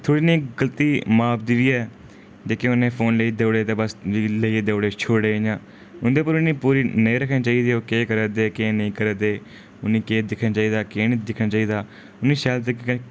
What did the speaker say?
थोह्ड़ी नेईं गल्ती मां बब्ब दी बी है जेह्के उ'नें फोन लेई देई ओड़े दे बस लेइयै दी छोड़े इयां उंदे कोल इ'नें गी पूरी नजर रक्खनी चाहिदी ओह् करा दे केह् नेईं करा दे उ'नें गी केह् दिक्खना चाहिदा केह् नेईं दिक्खना चाहिदा उनें गी शैल तरीके कन्नै